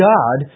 God